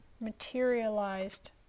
materialized